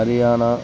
Haryana